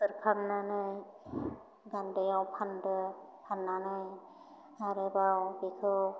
थोरखांनानै गान्दैयाव फानदो फान्नानै आरोबाव बेखौ